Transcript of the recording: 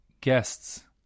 guests